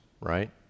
right